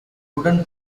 wooden